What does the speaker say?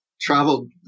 traveled